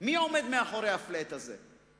מי עומד מאחורי ה-flat הזה?